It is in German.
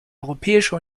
europäische